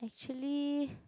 actually